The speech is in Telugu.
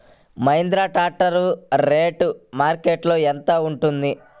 మహేంద్ర ట్రాక్టర్ రేటు మార్కెట్లో యెంత ఉంటుంది?